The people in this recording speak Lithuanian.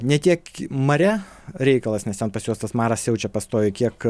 ne tiek mare reikalas nes ten pas juos tas maras siaučia pastoviai kiek